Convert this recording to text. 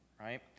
right